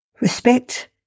Respect